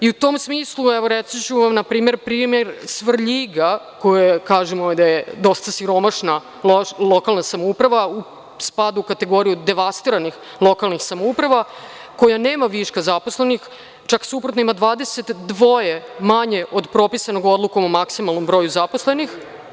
U tom smislu, reći ću vam primer Svrljiga za koji kažemo da je dosta siromašna lokalna samouprava, spada u kategoriju devastiranih lokalnih samouprava, koja nema viška zaposlenih, čak suprotno ima 22 manje od propisanog Odlukom o maksimalnom broju zaposlenih.